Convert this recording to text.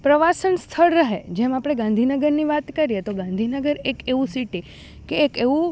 પ્રવાસન સ્થળ રહે જેમ આપણે ગાંધીનગરની વાત કરીએ તો ગાંધીનગર એક એવું સિટી કે એક એવું